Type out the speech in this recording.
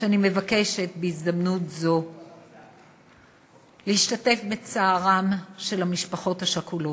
אני מבקשת בהזדמנות זאת להשתתף בצערן של המשפחות השכולות,